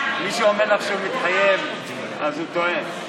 מי שאומר לך שהוא מתחייב אז הוא טועה.